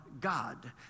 God